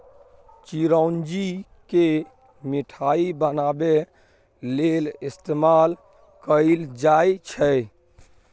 चिरौंजी केँ मिठाई बनाबै लेल इस्तेमाल कएल जाई छै